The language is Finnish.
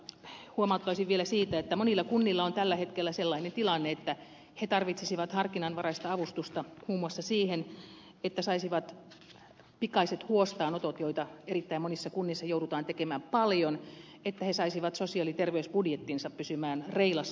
huomauttaisin vielä siitä että monilla kunnilla on tällä hetkellä sellainen tilanne että ne tarvitsisivat harkinnanvaraista avustusta muun muassa siihen että saisivat pikaiset huostaanotot joita erittäin monissa kunnissa joudutaan tekemään paljon että he saisivat sosiaaliterveysbudjettinsa pysymään reilassa